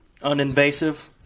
uninvasive